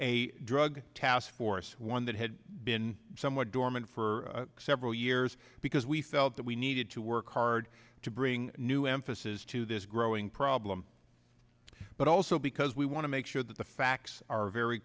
a drug task force one that had been somewhat dormant for several years because we felt that we needed to work hard to bring new emphasis to this growing problem but also because we want to make sure that the facts are very